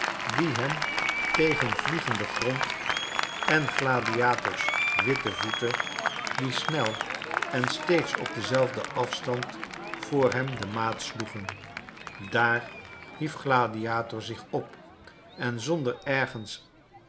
die hem tegen vliegenden grond en gladiators witte voeten die snel en steeds op denzelfden afstand voor hem de maat sloegen daar hief gladiator zich op en zonder ergens